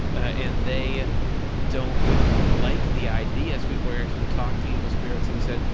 and they don't. wouldn't like the idea. swedenborg actually talked to evil spirits and he said,